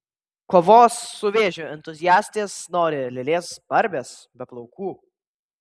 kovos su vėžiu entuziastės nori lėlės barbės be plaukų